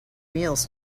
meals